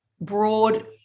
broad